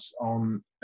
on